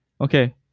Okay